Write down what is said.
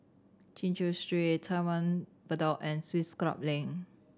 Chin Chew Street Taman Bedok and Swiss Club Link